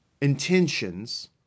intentions